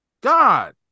God